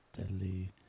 deadly